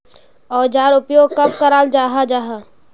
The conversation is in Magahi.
औजार उपयोग कब कराल जाहा जाहा?